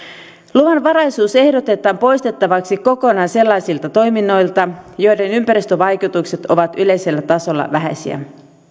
luvanvaraisuus ehdotetaan poistettavaksi kokonaan sellaisilta toiminnoilta joiden ympäristövaikutukset ovat yleisellä tasolla vähäisiä